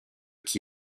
qui